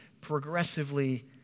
progressively